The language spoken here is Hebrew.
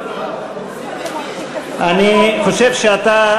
אני חושב שאתה,